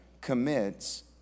commits